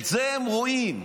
את זה הם רואים,